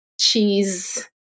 cheese